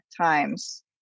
times